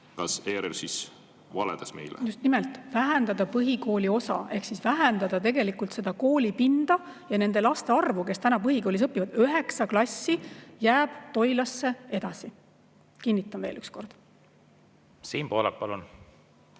edasi. Kinnitan veel üks kord. Just nimelt, vähendada põhikooliosa ehk vähendada tegelikult seda koolipinda ja nende laste arvu, kes täna põhikoolis õpivad. Üheksa klassi jääb Toilasse edasi. Kinnitan veel üks kord. Siim Pohlak, palun!